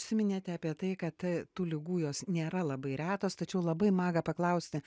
užsiminėte apie tai kad tų ligų jos nėra labai retos tačiau labai maga paklausti